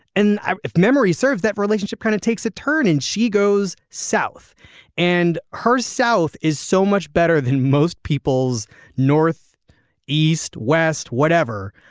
and if memory serves that relationship kind of takes a turn and she goes south and her south is so much better than most peoples north east west whatever.